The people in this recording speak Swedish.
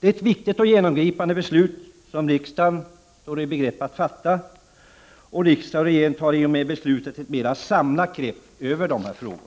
Det är ett viktigt och genomgripande beslut som riksdagen nu står i begrepp att fatta. Riksdag och regering tar i och med beslutet ett mera samlat grepp om dessa frågor.